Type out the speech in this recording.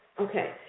Okay